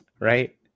Right